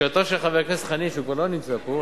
לשאלתו של חבר הכנסת חנין, שכבר לא נמצא פה,